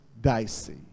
dicey